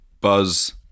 Buzz